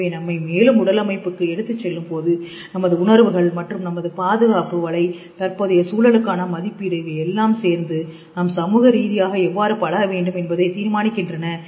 எனவே நம்மை மேலும் உடல் அமைப்புக்கு எடுத்துச் செல்லும்போது நமது உணர்வுகள் மற்றும் நமது பாதுகாப்பு வலை தற்போதைய சூழலுக்கான மதிப்பீடு இவையெல்லாம் சேர்ந்து நாம் சமூக ரீதியாக எவ்வாறு பழக வேண்டும் என்பதை தீர்மானிக்கின்றன